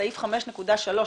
סעיף 5.3,